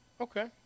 Okay